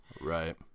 Right